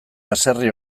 haserre